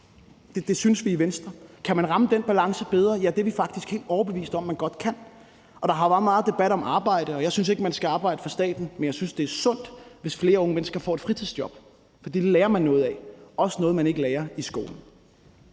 det synes vi i Venstre. Kan man ramme den balance bedre? Ja, det er vi faktisk helt overbevist om at man godt kan. Der har været meget debat om arbejde, og jeg synes ikke, at man skal arbejde for staten, men jeg synes, det er sundt, hvis flere unge mennesker får et fritidsjob, fordi det lærer man noget af, også noget, man ikke lærer i skolen.